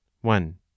one